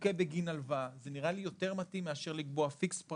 תנוכה בגין הלוואה; זה נראה לי יותר מתאים מאשר לקבוע fix price,